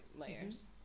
layers